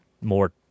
more